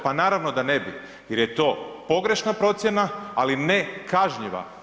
Pa naravno da ne bi jer je to pogrešna procjena, ali ne kažnjiva.